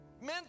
Men